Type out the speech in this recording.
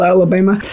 Alabama